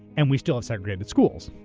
and we still have segregated schools,